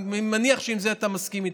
אני מניח שעם זה אתה מסכים איתי.